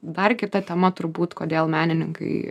dar kita tema turbūt kodėl menininkai